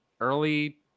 early